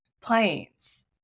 planes